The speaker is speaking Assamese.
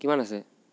কিমান আছে